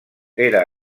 era